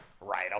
right